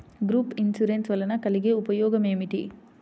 Group insurance వలన కలిగే ఉపయోగమేమిటీ?